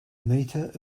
meter